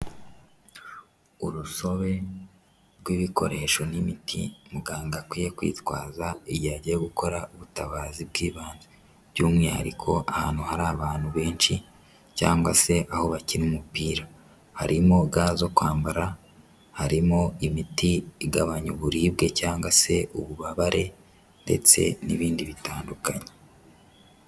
Urusobe rw'ibikoresho n'imiti muganga akwiye kwitwaza iyo ajya gukora ubutabazi bw'ibanze by'umwihariko ahantu hari abantu benshi cyangwa se aho bakina umupira harimo ga zo kwambara, harimo imiti igabanya uburibwe cyangwa se ububabare, ndetse n'ibindi bitandukanye.